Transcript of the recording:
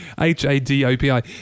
H-A-D-O-P-I